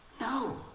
No